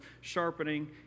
sharpening